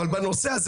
אבל בנושא הזה